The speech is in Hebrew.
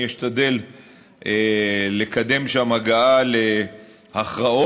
אני אשתדל לקדם שם הגעה להכרעות.